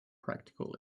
practical